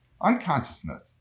unconsciousness